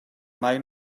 mai